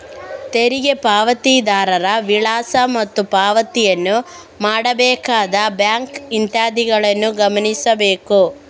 ತೆರಿಗೆ ಪಾವತಿದಾರರ ವಿಳಾಸ ಮತ್ತು ಪಾವತಿಯನ್ನು ಮಾಡಬೇಕಾದ ಬ್ಯಾಂಕ್ ಇತ್ಯಾದಿಗಳನ್ನು ಗಮನಿಸಬೇಕು